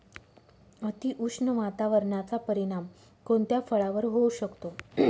अतिउष्ण वातावरणाचा परिणाम कोणत्या फळावर होऊ शकतो?